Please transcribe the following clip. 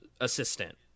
assistant